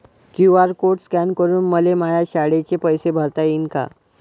QR code scan करून मले माया शाळेचे पैसे भरता येईन का?